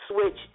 switch